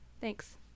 thanks